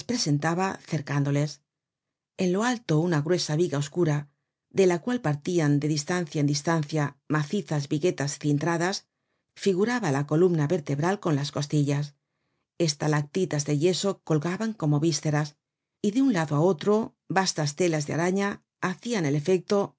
presentaba cercándoles en lo alto una gruesa viga oscura de la cual partian de distancia en distancia macizas viguetas cintradas figuraba la columna vertebral con las costillas estalactitas de yeso colgaban como visceras y de un lado á otro vastas telas de araña hacian el efecto de